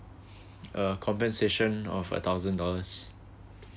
uh compensation of a thousand dollars